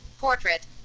Portrait